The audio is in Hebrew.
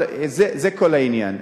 זה כל העניין.